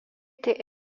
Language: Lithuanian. tai